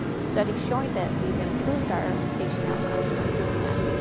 studies showing that we've improved our patient outcomes by doing that.